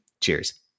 Cheers